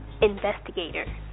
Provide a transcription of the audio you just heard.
Investigator